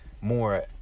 more